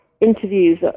interviews